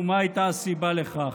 מה הייתה הסיבה לכך?